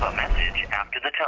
message after the